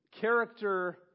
character